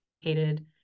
hated